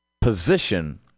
position